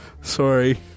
Sorry